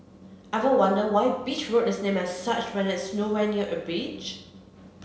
ever wonder why Beach Road is named as such when it's nowhere near a beach